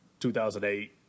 2008